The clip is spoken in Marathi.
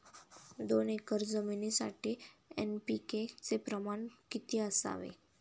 दोन एकर जमीनीसाठी एन.पी.के चे प्रमाण किती असावे?